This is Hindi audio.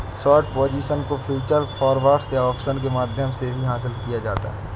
शॉर्ट पोजीशन को फ्यूचर्स, फॉरवर्ड्स या ऑप्शंस के माध्यम से भी हासिल किया जाता है